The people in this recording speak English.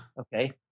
Okay